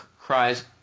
cries